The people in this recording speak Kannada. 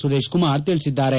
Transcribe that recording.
ಸುರೇಶ್ ಕುಮಾರ್ ತಿಳಿಸಿದ್ದಾರೆ